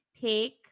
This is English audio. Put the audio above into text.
take